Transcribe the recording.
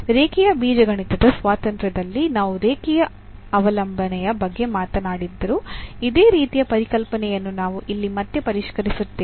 ರೇಖೀಯ ಬೀಜಗಣಿತದ ಸ್ವಾತಂತ್ರ್ಯದಲ್ಲಿ ನಾವು ರೇಖೀಯ ಅವಲಂಬನೆಯ ಬಗ್ಗೆ ಮಾತನಾಡಿದ್ದರೂ ಇದೇ ರೀತಿಯ ಪರಿಕಲ್ಪನೆಯನ್ನು ನಾವು ಇಲ್ಲಿ ಮತ್ತೆ ಪರಿಷ್ಕರಿಸುತ್ತೇವೆ